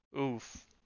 oof